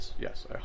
Yes